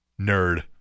Nerd